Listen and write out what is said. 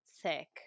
thick